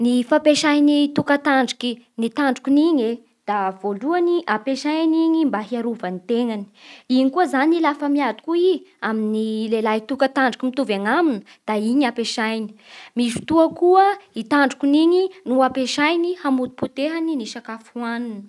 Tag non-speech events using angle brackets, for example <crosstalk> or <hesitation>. Ny fampiasan'ny tokatandroky ny tandrokin'igny e da voalohany da ampiasainy igny mba hiarovagny gny tegnany. Igny koa zany lafa miady koa i amin'ny <hesitation> lehilahy tokatandroky mitovy agnaminy da igny ampiasaigny. Misy fotoa koa i tandrokin'igny no ampiasaigny hamotopotehany <noise> ny sakafo ohagniny.